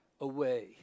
away